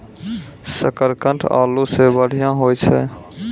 शकरकंद आलू सें बढ़िया होय छै